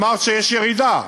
אמרת שיש ירידה.